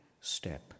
step